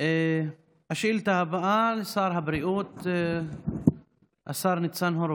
השאילתה הבאה היא לשר הבריאות, השר ניצן הורוביץ.